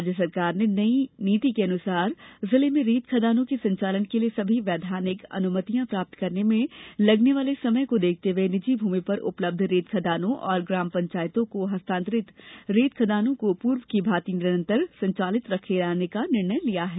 राज्य शासन ने नई नीति के अनुसार जिले में रेत खदानों के संचालन के लिये सभी वैधानिक अनुमतियाँ प्राप्त करने में लगने वाले समय को देखते हुए निजी भूमि पर उपलब्ध रेत खदानों और ग्राम पंचायतों को हस्तांतरित रेत खदानों को पूर्व की भाँति निरंतर संचालित रखे जाने का निर्णय लिया है